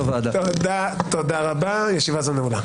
תודה רבה, ישיבה זו נעולה.